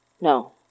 No